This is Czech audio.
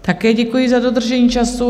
Také děkuji za dodržení času.